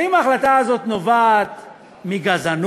האם ההחלטה הזאת נובעת מגזענות?